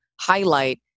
highlight